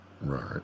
Right